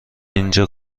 اینجا